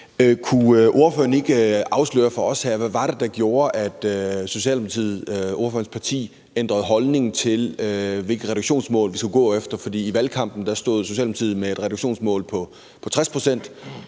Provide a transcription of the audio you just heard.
Kunne ordføreren ikke afsløre for os, hvad det var, der gjorde, at Socialdemokratiet, ordførerens parti, ændrede holdning til, hvilket reduktionsmål vi skulle gå efter? I valgkampen stod Socialdemokratiet med et reduktionsmål på 60 pct.,